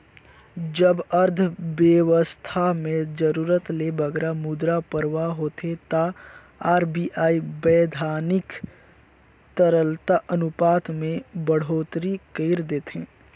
जब अर्थबेवस्था में जरूरत ले बगरा मुद्रा परवाह होथे ता आर.बी.आई बैधानिक तरलता अनुपात में बड़होत्तरी कइर देथे